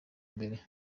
mbere